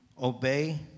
obey